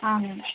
అవును